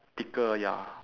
thicker ya